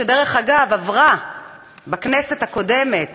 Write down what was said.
שדרך אגב, עברה בכנסת הקודמת